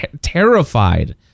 terrified